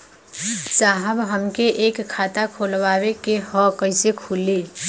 साहब हमके एक खाता खोलवावे के ह कईसे खुली?